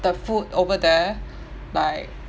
the food over there like